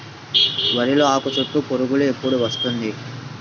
వరిలో ఆకుచుట్టు పురుగు ఎప్పుడు వస్తుంది?